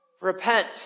Repent